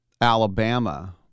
Alabama